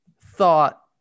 thought